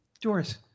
Doris